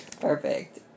Perfect